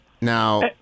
Now